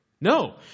No